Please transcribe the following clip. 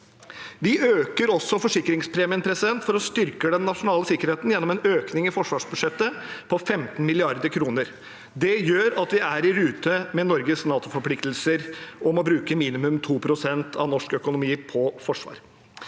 Vi øker også forsikringspremien for å styrke den nasjonale sikkerheten gjennom en økning i forsvarsbudsjettet på 15 mrd. kr. Det gjør at vi er i rute med Norges NATO-forpliktelser om å bruke minimum 2 pst. av norsk økonomi på forsvar.